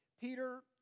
Peter